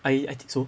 I I think so